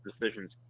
decisions